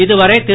இதுவரை திரு